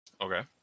Okay